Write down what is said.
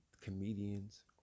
comedians